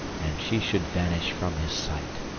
and she should vanish from his sight.